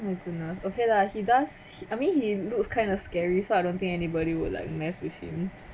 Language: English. my goodness okay lah he does I mean he looks kind of scary so I don't think anybody would like mess with him